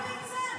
כמו ליצן.